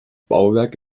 bauwerk